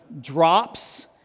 drops